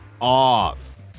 off